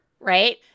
right